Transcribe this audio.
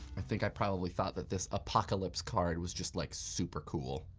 i think i probably thought that this apocalypse card was just like super cool.